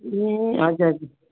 ए हजुर